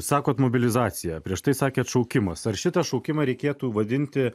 sakote mobilizaciją prieš tai sakėte šaukimas ar šitą šaukimą reikėtų vadinti